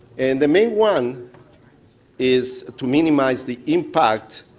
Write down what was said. and the main one is to minimize the impact